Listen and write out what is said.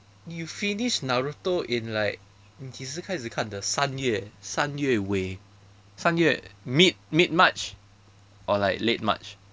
you finished naruto in like 你几时开始看的三月三月尾三月 shi kai shi kan de san yue san yue wei san yue mid mid march or like late march